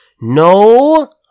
No